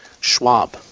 Schwab